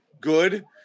good –